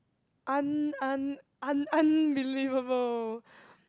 un~ un~ un~ un~ unbelievable